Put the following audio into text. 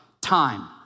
time